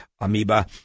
amoeba